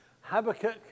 Habakkuk